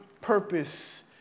purpose